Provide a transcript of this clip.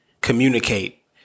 communicate